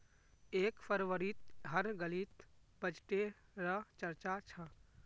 एक फरवरीत हर गलीत बजटे र चर्चा छ